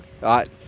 right